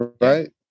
Right